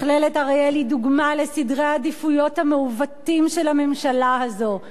מכללת אריאל היא דוגמה לסדרי העדיפויות המעוותים של הממשלה הזאת,